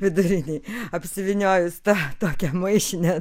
vidurinėj apsivyniojus tą tokią maišinę